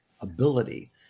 ability